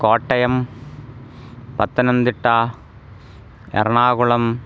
Kottayam Pathanamthitta Ernakulam